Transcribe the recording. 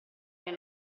alle